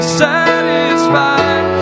satisfied